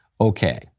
Okay